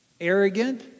arrogant